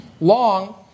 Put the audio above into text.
long